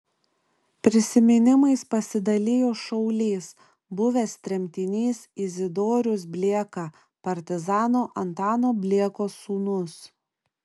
prisiminimais pasidalijo šaulys buvęs tremtinys izidorius blieka partizano antano bliekos sūnus